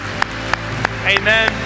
Amen